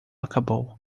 acabou